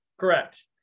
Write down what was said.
Correct